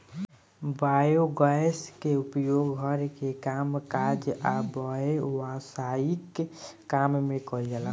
biogas के उपयोग घर के कामकाज आ व्यवसायिक काम में कइल जाला